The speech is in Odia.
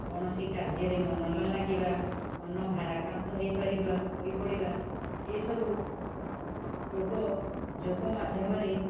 କୌଣସି କାର୍ଯ୍ୟରେ ମନ ନଲାଗିବା ମନ ଭାରାକ୍ରାନ୍ତ ହୋଇପାରିବା ହୋଇପଡ଼ିବା ଏ ସବୁ ରୋଗ ଯୋଗ ମାଧ୍ୟମରେ